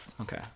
Okay